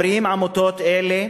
עמותות אלה